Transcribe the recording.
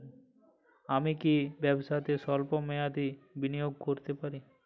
আমি কি ব্যবসাতে স্বল্প মেয়াদি বিনিয়োগ করতে পারি?